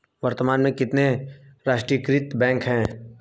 वर्तमान में कितने राष्ट्रीयकृत बैंक है?